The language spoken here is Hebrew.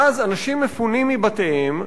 ואז אנשים מפונים מבתיהם,